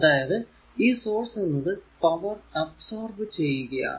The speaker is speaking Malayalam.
അതായതു ഈ സോഴ്സ് എന്നത് പവർ അബ്സോർബ് ചെയ്യുകയാണ്